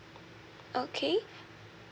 okay